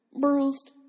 bruised